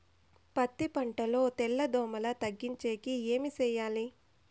పత్తి పంటలో తెల్ల దోమల తగ్గించేకి ఏమి చేయాలి?